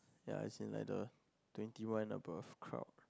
ya as in like the twenty one and above crowd